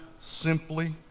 simply